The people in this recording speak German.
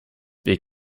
wir